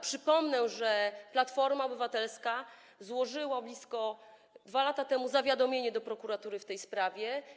Przypomnę, że Platforma Obywatelska złożyła blisko 2 lata temu zawiadomienie do prokuratury w tej sprawie.